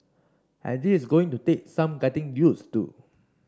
and this is going to take some getting use to